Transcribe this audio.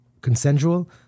consensual